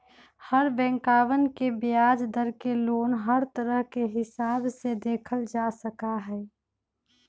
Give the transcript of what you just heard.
हर बैंकवन के ब्याज दर के लोन हर तरह के हिसाब से देखल जा सका हई